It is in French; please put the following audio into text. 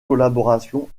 collaboration